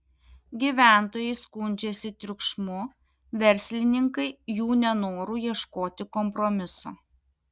gyventojai skundžiasi triukšmu verslininkai jų nenoru ieškoti kompromiso